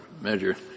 measure